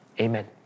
Amen